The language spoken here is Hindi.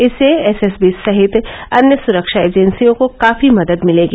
इससे एसएसबी सहित अन्य सुरक्षा एजेंसियों को काफी मदद मिलेगी